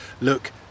look